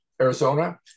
Arizona